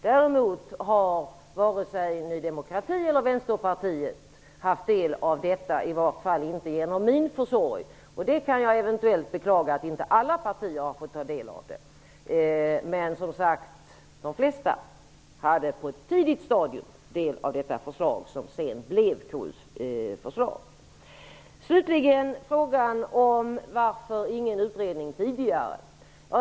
Däremot har inte vare sig Ny demokrati eller Vänsterpartiet tagit del av detta, i varje fall inte genom min försorg. Jag kan eventuellt beklaga att inte alla partier har fått ta del av förslaget, men de flesta kunde på ett tidigt stadium ta del av detta, som sedan blev KU:s förslag. Slutligen ställdes frågan varför det inte har gjorts någon utredning tidigare.